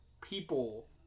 people